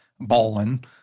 balling